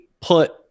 put